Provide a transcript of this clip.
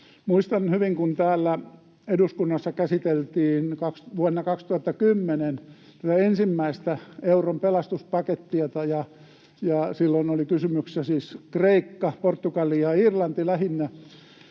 Muistan hyvin, kun täällä eduskunnassa käsiteltiin vuonna 2010 tätä ensimmäistä euron pelastuspakettia, ja silloin oli kysymys siis Kreikasta, Portugalista ja Irlannista lähinnä,